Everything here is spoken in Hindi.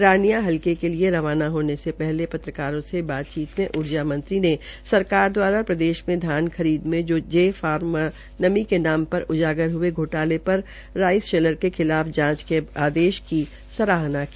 रानिया हलके के लिए रवाना होने से पूर्व पत्रकारों से बातचीत मे ऊर्जा मंत्री ने सरकार द्वारा प्रदेश में धान खरीद मे जे फार्म व नमी के नाम पर उजागार हये घोटोले पर राइस शेलर के खिलाफ जांच की आदेश की सराहना की